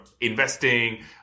investing